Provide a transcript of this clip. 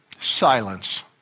silence